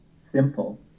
simple